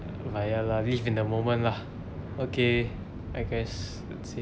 but ya lah live in the moment lah okay I guess that's it